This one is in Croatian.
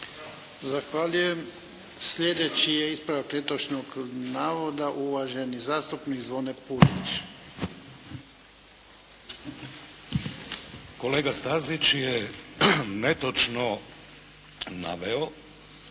Zahvaljujem. Slijedeći je ispravak netočnog navoda uvaženi zastupnik Zvone Puljić. **Puljić, Zvonimir